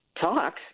talks